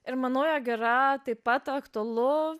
ir manau jog yra taip pat aktualu